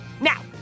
Now